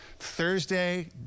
Thursday